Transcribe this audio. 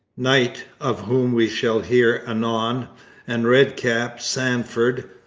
knight, of whom we shall hear anon, and red cap sandford,